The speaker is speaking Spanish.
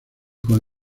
con